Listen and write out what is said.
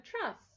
trust